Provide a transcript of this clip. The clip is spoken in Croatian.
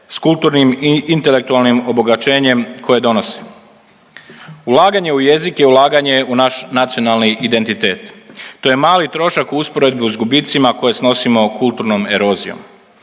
s kulturnim i intelektualnim obogaćenjem koje donose. Ulaganje u jezike je ulaganje u naš nacionalni identitet. To je mali trošak u usporedbi sa gubitcima koje snosimo kulturnom erozijom.